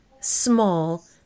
small